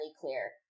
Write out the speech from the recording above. clear